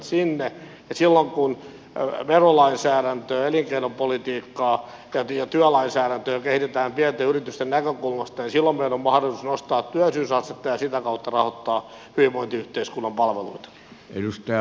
ja silloin kun verolainsäädäntöä elinkeinopolitiikkaa ja työlainsäädäntöä kehitetään pienten yritysten näkökulmasta niin silloin meillä on mahdollisuus nostaa työllisyysastetta ja sitä kautta rahoittaa hyvinvointiyhteiskunnan palveluita